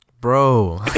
Bro